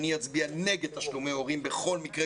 אני אצביע נגד תשלומי הורים בכל מקרה,